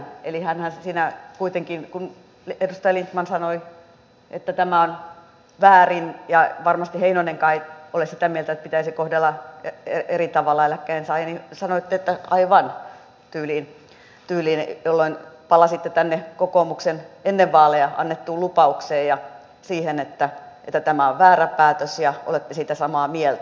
eli siinä kuitenkin kun edustaja lindtman sanoi että tämä on väärin ja varmasti heinonenkaan ei ole sitä mieltä että pitäisi kohdella eri tavalla eläkkeensaajia sanoitte tyyliin aivan jolloin palasitte kokoomuksen ennen vaaleja antamaan lupaukseen ja siihen että tämä on väärä päätös ja olette siitä samaa mieltä